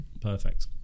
Perfect